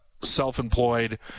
self-employed